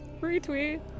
Retweet